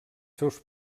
seus